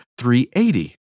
380